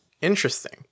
interesting